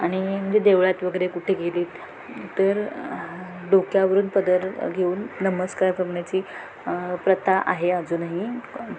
आणि म्हणजे देवळात वगैरे कुठे गेलीत तर डोक्यावरून पदर घेऊन नमस्कार करण्याची प्रथा आहे अजूनही